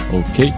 ok